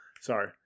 Sorry